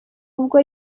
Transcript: ubwo